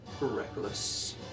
Reckless